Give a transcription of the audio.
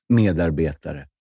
medarbetare